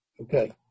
Okay